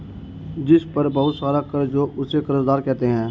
जिस पर बहुत सारा कर्ज हो उसे कर्जदार कहते हैं